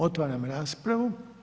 Otvaram raspravu.